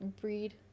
Breed